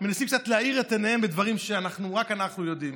מנסים קצת להאיר את עיניהם בדברים שרק אנחנו יודעים.